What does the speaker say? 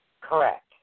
Correct